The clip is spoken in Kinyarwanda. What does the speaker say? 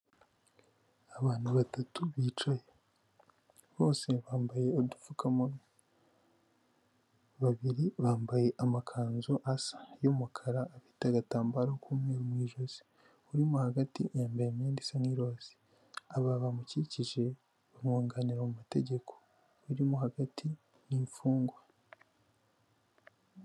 Abantu batatu bicaye bose bambaye udupfukamunwa babiri bambaye amakanzu asa y'umukara afita agatambaro mu ijosi urimo hagati yambaye imyenda isa n'iroza aba bamukikije bamwunganira mu mategeko, iri mo hagati n imfungwa.